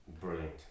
Brilliant